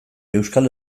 euskal